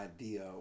idea